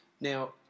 Now